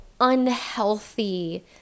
unhealthy